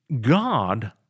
God